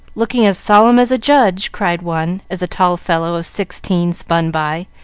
looking as solemn as a judge, cried one, as a tall fellow of sixteen spun by,